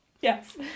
yes